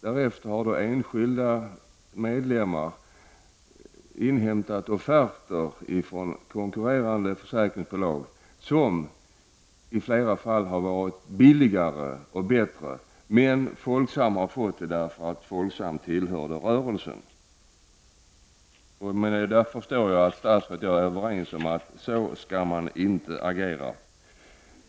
Därefter har enskilda medlemmar inhämtat offerter från konkurrerande försäkringsbolag, som i flera fall har varit billigare och bättre, men Folksam har fått offerten därför att Folksam tillhör rörelsen. Därmed förstår jag att statsrådet och jag är överens om att så skall man inte agera.